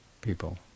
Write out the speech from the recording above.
people